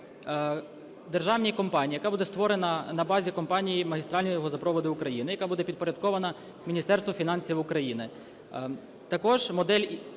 державній компанії, яка буде створена на базі компанії "Магістральні газопроводи України", яка буде підпорядкована Міністерству фінансів України.